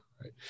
Right